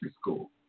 school